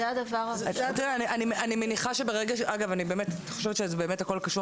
אני חושבת שהכול קשור.